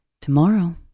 Tomorrow